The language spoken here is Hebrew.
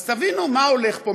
אז תבינו מה הולך פה,